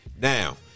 Now